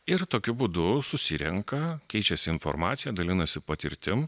ir tokiu būdu susirenka keičiasi informacija dalinasi patirtim